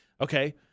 Okay